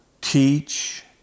teach